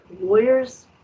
lawyers